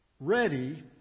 ready